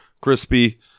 Crispy